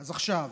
אז עכשיו